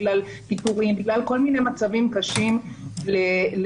בגלל פיטורין ובגלל כל מיני מצבים קשים לחובות.